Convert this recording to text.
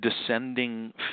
descending